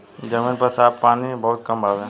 जमीन पर साफ पानी बहुत कम बावे